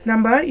Number